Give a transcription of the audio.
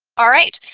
alright.